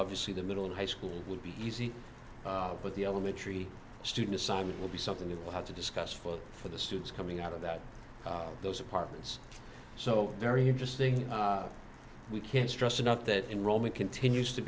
obviously the middle and high school would be easy but the elementary student assignment will be something that will have to discuss for the for the students coming out of that those apartments so very interesting we can't stress enough that enrollment continues to